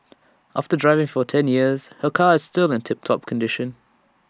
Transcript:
after driving for ten years her car is still in tip top condition